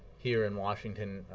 here in washington,